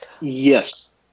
Yes